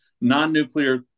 non-nuclear